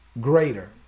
greater